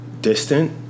Distant